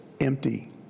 empty